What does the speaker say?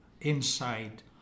inside